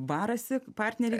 barasi partneriai